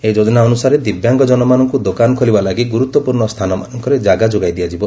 ଏହି ଯୋଜନା ଅନୁସାରେ ଦିବ୍ୟାଙ୍ଗ କନମାନଙ୍କୁ ଦୋକାନ ଖୋଲିବା ଲାଗି ଗୁରୁତ୍ୱପୂର୍ଣ୍ଣ ସ୍ଥାନମାନଙ୍କରେ କାଗା ଯୋଗାଇ ଦିଆଯିବ